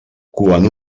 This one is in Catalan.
quan